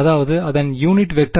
அதாவது அதன் unit vector